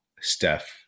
Steph